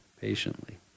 patiently